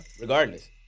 regardless